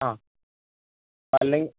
ആ അല്ലെങ്കിൽ